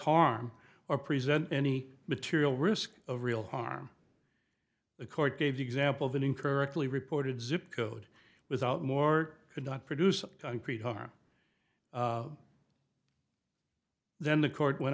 harm or present any material risk of real harm the court gave the example of an incorrectly reported zip code without more could not produce concrete harm then the court went